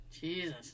Jesus